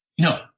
No